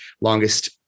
longest